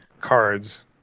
cards